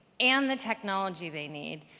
and the technology they need,